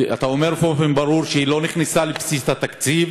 אתה אומר באופן ברור שהיא לא נכנסה לבסיס התקציב